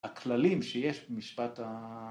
‫הכללים שיש במשפט ה...